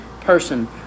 person